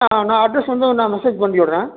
ஆ நான் அட்ரஸ் வந்து நான் மெஸ்ஸேஜ் பண்ணி விட்றேன்